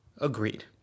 Agreed